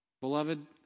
Beloved